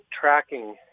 tracking